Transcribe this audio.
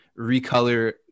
recolor